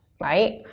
right